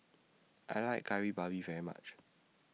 I like Kari Babi very much